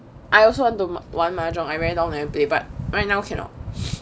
I also want to 玩 mahjong I very long never play but right now cannot